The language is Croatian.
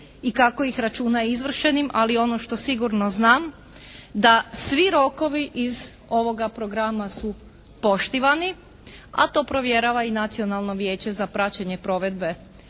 i kako ih računa izvršenim, ali ono što sigurno znam da svi rokovi iz ovoga programa su poštivani, a to provjerava i Nacionalno vijeće za praćenje provedbe